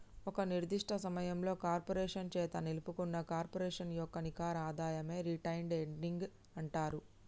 ఒక నిర్దిష్ట సమయంలో కార్పొరేషన్ చేత నిలుపుకున్న కార్పొరేషన్ యొక్క నికర ఆదాయమే రిటైన్డ్ ఎర్నింగ్స్ అంటరు